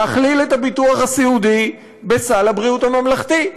להכליל את הביטוח הסיעודי בסל הבריאות הממלכתי,